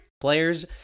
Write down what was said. players